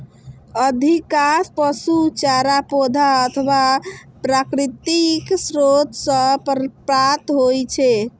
अधिकांश पशु चारा पौधा अथवा प्राकृतिक स्रोत सं प्राप्त होइ छै